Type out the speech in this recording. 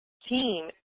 team